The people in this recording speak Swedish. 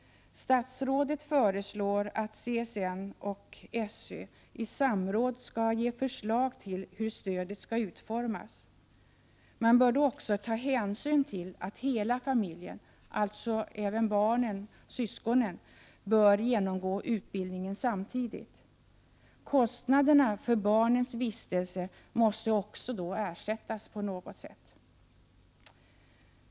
Statsrådet föreslår att CSN och SÖ i samråd skall ge förslag till hur det här stödet skall utformas. Man bör då också ta hänsyn till att hela familjen, alltså även barnen, syskonen, bör genomgå utbildningen samtidigt. Kostnaderna för barnens vistelse måste också ersättas på något sätt.